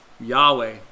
Yahweh